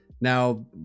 Now